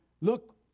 look